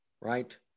right